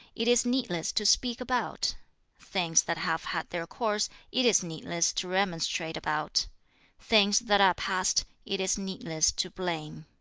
it is needless to speak about things that have had their course, it is needless to remonstrate about things that are past, it is needless to blame